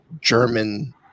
German